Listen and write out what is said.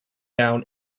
down